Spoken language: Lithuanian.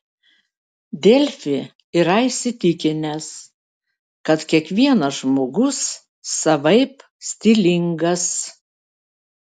delfi yra įsitikinęs kad kiekvienas žmogus savaip stilingas